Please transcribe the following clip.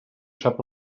sap